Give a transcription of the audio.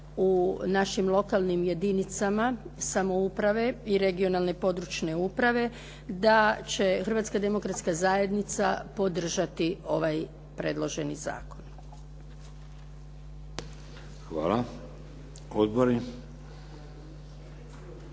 u našim lokalnim jedinicama samouprave i regionalne i područne uprave da će Hrvatska demokratska zajednica podržati ovaj predloženi zakon. **Šeks,